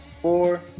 four